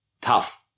tough